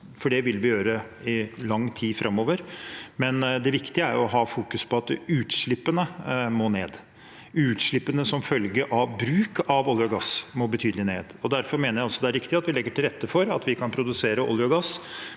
for det vil vi gjøre i lang tid framover. Det viktige er å ha fokus på at utslippene må ned. Utslippene som følge av bruk av olje og gass må betydelig ned, og derfor mener jeg det er riktig at vi legger til rette for at vi kan produsere olje og gass